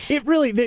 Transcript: it really.